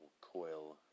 coil